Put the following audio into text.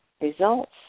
results